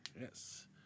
Yes